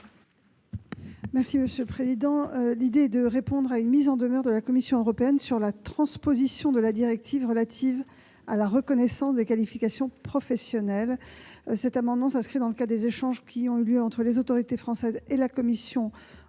Mme la ministre. Le présent amendement vise à répondre à une mise en demeure de la Commission européenne sur la transposition de la directive relative à la reconnaissance des qualifications professionnelles. Il s'inscrit dans le cadre des échanges qui ont eu lieu entre les autorités françaises et la Commission européenne.